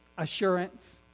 Assurance